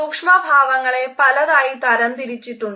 സൂക്ഷ്മഭാവങ്ങളെ പലതായി തരം തിരിച്ചിട്ടുണ്ട്